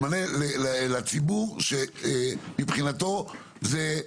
מענה לציבור שמבחינתו זה,